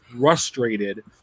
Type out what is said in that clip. frustrated